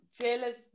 Jealous